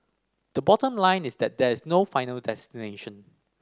the bottom line is that there is no final destination